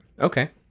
Okay